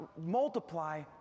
multiply